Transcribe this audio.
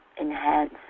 enhance